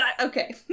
Okay